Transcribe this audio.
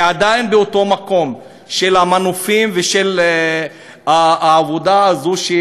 זה עדיין באותו מקום של המנופים ושל העבודה הזאת.